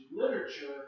literature